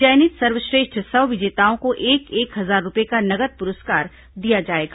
चयनित सर्वश्रेष्ठ सौ विजेताओं को एक एक हजार रूपये का नगद पुरस्कार दिया जाएगा